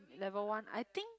level one I think